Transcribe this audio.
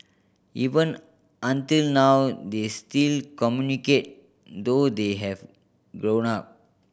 even until now they still communicate though they have grown up